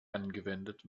angewendet